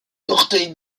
portail